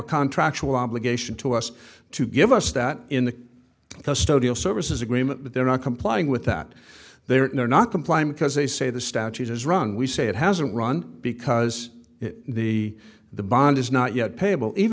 contract to obligation to us to give us that in the custody of services agreement that they're not complying with that they're not complying because they say the statute has run we say it hasn't run because the the bond is not yet payable even